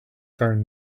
found